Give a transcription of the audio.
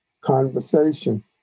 conversation